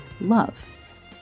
Love